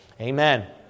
amen